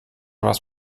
was